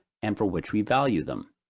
and for which we value them.